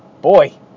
boy